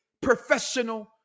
professional